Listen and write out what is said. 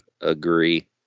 agree